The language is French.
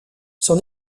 son